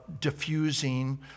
diffusing